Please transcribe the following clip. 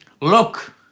Look